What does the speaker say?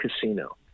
casino